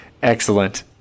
Excellent